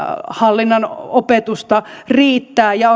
hallinnan opetusta riittää ja